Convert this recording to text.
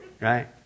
right